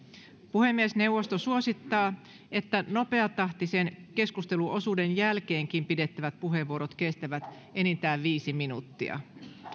puhemiesneuvosto suosittaa että nopeatahtisen keskusteluosuuden jälkeenkin pidettävät puheenvuorot kestävät enintään viisi minuuttia